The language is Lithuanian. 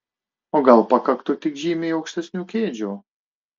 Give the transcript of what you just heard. o gal pakaktų tik žymiai aukštesnių kėdžių